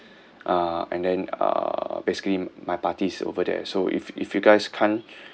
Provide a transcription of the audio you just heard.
uh and then uh basically my party is over there so if if you guys can't